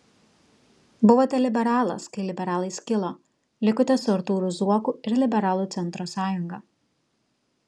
buvote liberalas kai liberalai skilo likote su artūru zuoku ir liberalų centro sąjunga